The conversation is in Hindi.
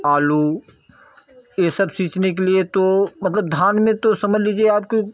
आलू यही सब सींचने के लिए तो मतलब धान में तो समझ लीजिए आप